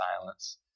silence